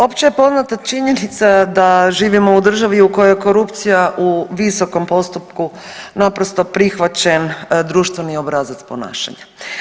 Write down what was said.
Opće je poznata činjenica da živimo u državi u kojoj korupcija u visokom postupku naprosto prihvaćen društveni obrazac ponašanja.